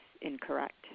incorrect